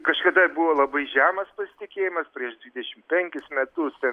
kažkada buvo labai žemas pasitikėjimas prieš dvidešim penkis metus ten